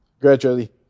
gradually